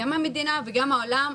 גם המדינה וגם העולם,